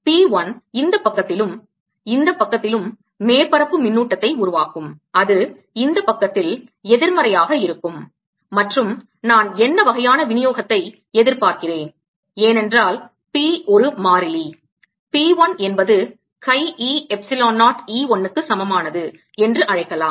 P 1 இந்தப் பக்கத்திலும் இந்தப் பக்கத்திலும் மேற்பரப்பு மின்னூட்டத்தை உருவாக்கும் அது இந்தப் பக்கத்தில் எதிர்மறையாக இருக்கும் மற்றும் நான் என்ன வகையான விநியோகத்தை எதிர்பார்க்கிறேன் ஏனென்றால் P ஒரு மாறிலி P 1 என்பது chi e எப்சிலோன் 0 E 1 க்கு சமமானது என்று அழைக்கலாம்